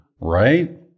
right